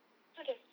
what the